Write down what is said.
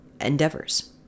endeavors